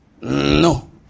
No